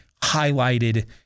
highlighted